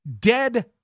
Dead